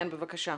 כן, בבקשה.